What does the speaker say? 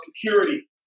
security